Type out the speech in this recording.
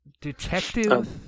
detective